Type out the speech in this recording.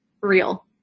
real